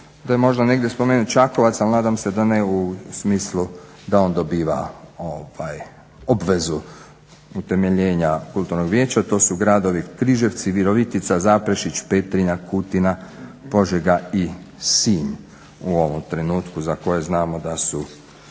da je možda negdje spomenut Čakovac ali nadam se da ne u smislu da on dobiva obvezu utemeljenja kulturnog vijeća, to su gradovi Križevci, Virovitica, Zaprešić, Petrinja, Kutina, Požega i Sinj u ovom trenutku za koje znamo da su